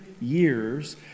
years